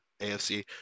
AFC